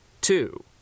two